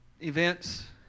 events